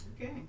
Okay